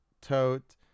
Tote